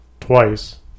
twice